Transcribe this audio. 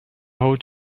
hold